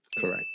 Correct